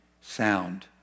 sound